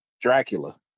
Dracula